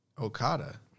Okada